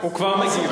הוא כבר מסיים.